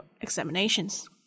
examinations